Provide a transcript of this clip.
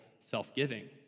self-giving